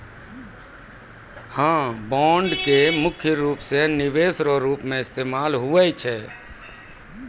bond के मुख्य रूप से निवेश रो रूप मे इस्तेमाल हुवै छै